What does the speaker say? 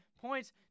points